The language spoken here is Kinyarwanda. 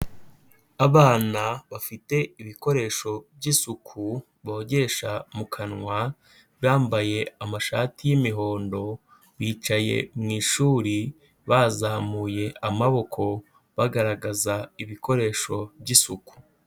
Abana bafite ibikoresho by'isuku, bogesha mu kanwa, bambaye amashati y'imihondo, bicaye mu ishuri bazamuye amaboko bagaragaza ibikoresho by'isuku.